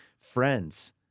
friends